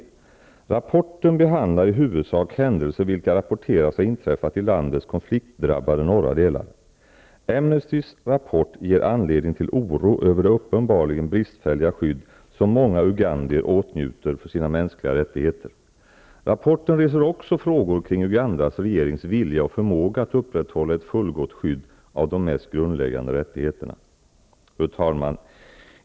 Rapporten behandlar i huvudsak händelser vilka rapporteras ha inträffat i landets konfliktdrabbade norra delar. Amnestys rapport ger anledning till oro över det uppenbarligen bristfälliga skydd som många ugandier åtnjuter för sina mänskliga rättigheter. Rapporten reser också frågor kring Ugandas regerings vilja och förmåga att upprätthålla ett fullgott skydd av de mest grundläggande rättigheterna. Fru talman!